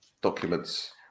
documents